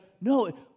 No